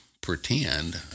pretend